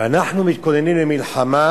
אנחנו מתכוננים למלחמה,